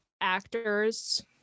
actors